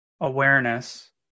awareness